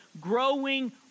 growing